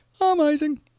amazing